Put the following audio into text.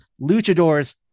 luchadors